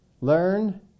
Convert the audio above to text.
Learn